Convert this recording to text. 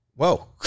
Whoa